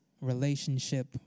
relationship